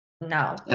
no